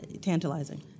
tantalizing